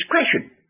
discretion